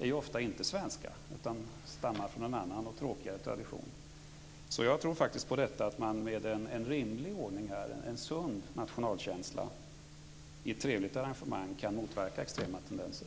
är ofta inte svenska, utan de stammar från en annan och tråkigare tradition. Jag tror att en rimlig ordning och en sund nationalkänsla i trevligt arrangemang kan motverka extrema tendenser.